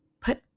Put